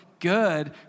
good